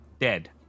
dead